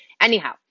Anyhow